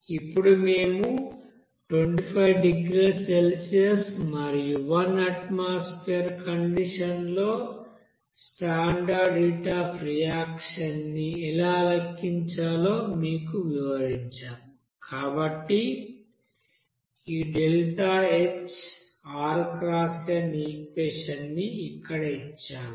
ఇప్పుడు మేము 25 డిగ్రీల సెల్సియస్ మరియు 1 అట్మాస్పీర్ కండిషన్ లో స్టాండర్డ్ హీట్ అఫ్ రియాక్షన్ ని ఎలా లెక్కించాలో మీకు వివరించాం కాబట్టి ఈ ఈక్వెషన్ని ఇక్కడ ఇచ్చాము